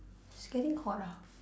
it's getting hot ah